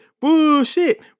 bullshit